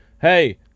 Hey